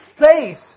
faith